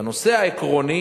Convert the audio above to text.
בנושא העקרוני